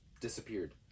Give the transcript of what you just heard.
disappeared